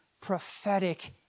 prophetic